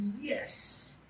Yes